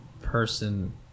person